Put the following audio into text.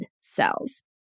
cells